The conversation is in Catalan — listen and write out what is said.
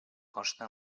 consta